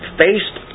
faced